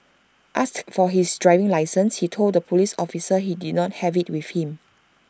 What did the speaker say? asked for his driving licence he told the Police officer he did not have IT with him